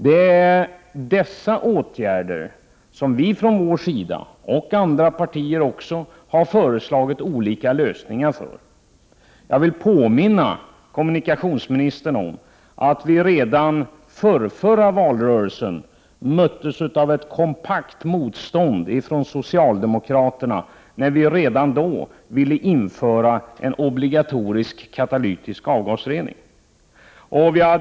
Från vårt håll, och även från andra politiska partier, har det föreslagits olika lösningar: Jag vill påminna kommunikationsministern om att vi redan förförra valrörelsen möttes av ett kompakt motstånd från socialdemokraterna när vi ville införa en obligatorisk katalytisk avgasrening.